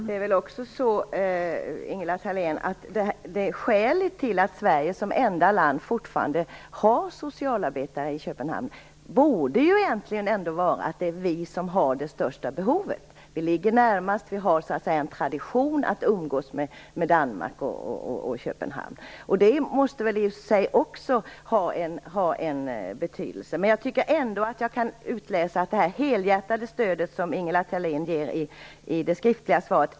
Herr talman! Skälet till att Sverige som enda land fortfarande har socialarbetare i Köpenhamn borde egentligen vara att vi i Sverige har det största behovet. Vi ligger närmast och vi har en tradition att umgås med Danmark och Köpenhamn. Det måste i och för sig också ha betydelse. Ändå kan jag utläsa att det finns en möjlighet i det helhjärtade stöd som Ingela Thalén ger i det skriftliga svaret.